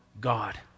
god